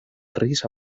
risa